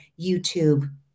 YouTube